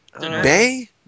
Bay